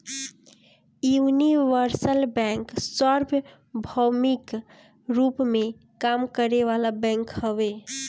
universal bank सार्वभौमिक रूप में काम करे वाला बैंक हवे